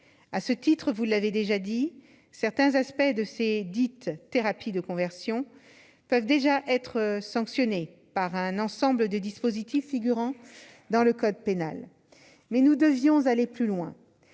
électrochocs. Il est vrai que certains aspects de ces prétendues thérapies de conversion peuvent déjà être sanctionnés par un ensemble de dispositifs figurant dans le code pénal. Mais nous devions aller plus loin.